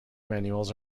manuals